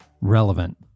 relevant